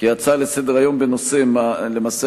למעשה,